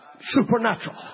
Supernatural